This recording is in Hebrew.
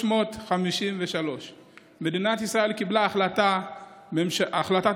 353. מדינת ישראל קיבלה החלטת ממשלה